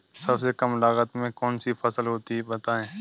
सबसे कम लागत में कौन सी फसल होती है बताएँ?